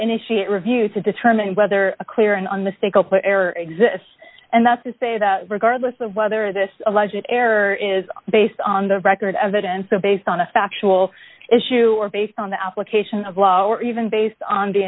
initiate review to determine whether a clear and unmistakable error exists and that's to say that regardless of whether this alleged error is based on the record evidence so based on a factual issue or based on the application of law or even based on